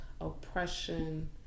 oppression